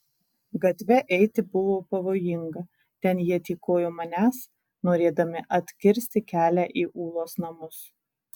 gatve eiti buvo pavojinga ten jie tykojo manęs norėdami atkirsti kelią į ulos namus